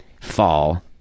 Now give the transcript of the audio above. fall